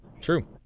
True